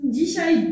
Dzisiaj